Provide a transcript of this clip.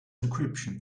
encryption